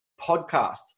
podcast